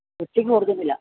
ഉച്ചയ്ക്ക് കൊടുക്കുന്നില്ല